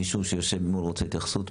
מישהו שיושב ממול רוצה התייחסות?